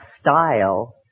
style